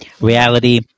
Reality